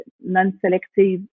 non-selective